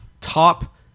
top